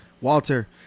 Walter